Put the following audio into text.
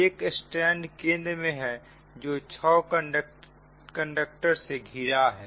एक स्ट्रैंड केंद्र में है जो 6 कंडक्टर से घिरा हैं